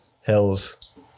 hills